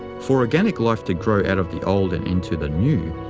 for organic life to grow out of the old and into the new,